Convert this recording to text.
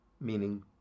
meaning